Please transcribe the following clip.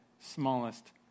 smallest